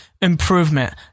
improvement